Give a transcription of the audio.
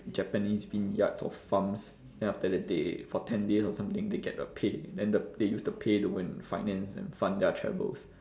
japanese vineyards or farms then after they for ten days or something they get a pay then the they use the pay to go and finance and fund their travels